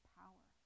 power